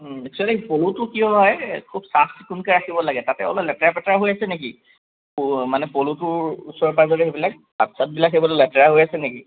actually পলুটো কিয় হয় খুব চাফ চিকুণকৈ ৰাখিব লাগে তাতে অলপ লেতেৰা পেতেৰা হৈ আছে নেকি মানে পলুটোৰ ওচৰে পাজৰে সেইবিলাক পাত চাতবিলাক সেইবিলাক লেতেৰা হৈ আছে নেকি